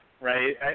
right